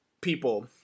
people